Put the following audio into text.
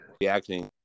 reacting